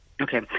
Okay